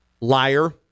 liar